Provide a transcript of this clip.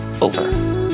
over